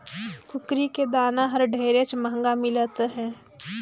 कुकरी के दाना हर ढेरेच महंगा मिलत हे